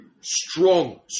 strong